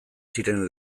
ziren